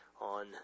on